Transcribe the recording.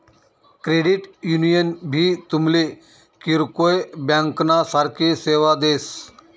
credit union भी तुमले किरकोय ब्यांकना सारखी सेवा देस